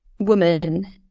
Woman